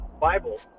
Bible